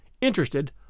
interested